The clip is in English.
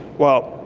well,